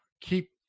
keep